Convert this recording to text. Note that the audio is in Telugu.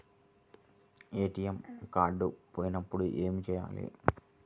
ఏ.టీ.ఎం కార్డు పోయినప్పుడు ఏమి చేయాలి?